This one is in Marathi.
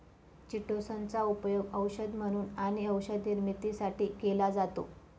चिटोसन चा उपयोग औषध म्हणून आणि औषध निर्मितीसाठी केला जातो